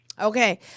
Okay